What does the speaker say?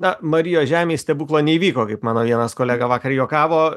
na marijos žemėj stebuklo neįvyko kaip mano vienas kolega vakar juokavo